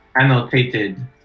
annotated